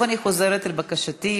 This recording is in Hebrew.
תודה רבה לחבר הכנסת עבדאללה אבו מערוף.